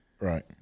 right